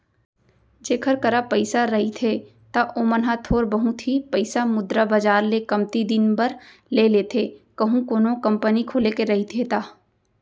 जेखर करा पइसा रहिथे त ओमन ह थोर बहुत ही पइसा मुद्रा बजार ले कमती दिन बर ले लेथे कहूं कोनो कंपनी खोले के रहिथे ता